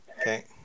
okay